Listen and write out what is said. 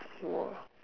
!wah!